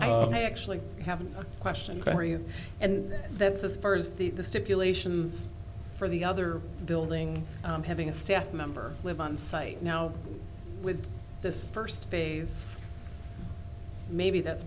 i actually have a question for you and that's as far as the the stipulations for the other building having a staff member live on site now with this first phase maybe that's